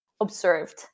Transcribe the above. observed